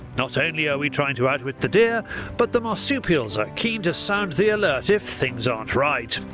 not only are we trying to outwit the deer but the marsupials are keen to sound the alert if things aren't right.